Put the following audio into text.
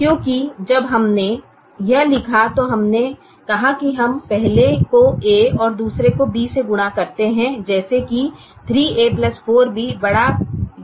क्योंकि जब हमने यह लिखा तो हमने कहा कि हम पहले को A से और दूसरे को B से गुणा करते हैं जैसे कि 3A 4B ≥ 10 है